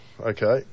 Okay